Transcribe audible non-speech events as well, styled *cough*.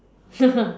*laughs*